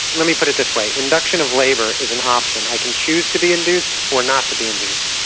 let me put it this way, induction of labour is an option. i can choose to be induced or not to be induced.